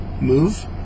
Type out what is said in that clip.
move